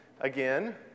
again